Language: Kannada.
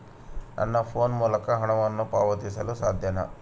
ನನ್ನ ಫೋನ್ ಮೂಲಕ ಹಣವನ್ನು ಪಾವತಿಸಲು ಸಾಧ್ಯನಾ?